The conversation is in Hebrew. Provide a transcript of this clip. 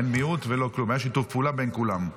אין מיעוט ולא כלום, היה שיתוף פעולה בין כולם.